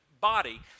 body